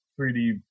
3D